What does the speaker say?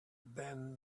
than